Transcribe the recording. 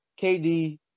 KD